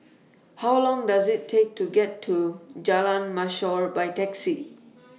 How Long Does IT Take to get to Jalan Mashor By Taxi